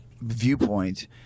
viewpoint